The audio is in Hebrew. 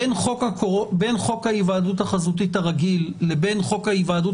בין חוק ההיוועדות החזותית הרגיל לבין היוועדות